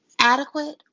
adequate